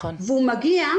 והוא מגיע,